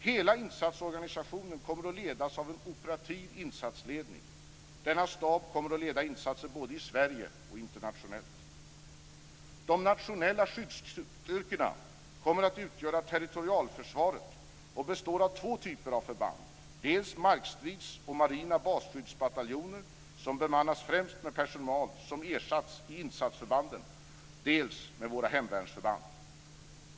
Hela insatsorganisationen kommer att ledas av en operativ insatsledning. Denna stab kommer att leda insatser både i Sverige och internationellt. De nationella skyddsstyrkorna kommer att utgöra territorialförsvaret. De består av två typer av förband - dels markstridsbataljoner och marina basskyddsbataljoner som bemannas främst med personal som ersatts i insatsförbanden, dels våra hemvärnsförband.